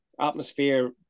atmosphere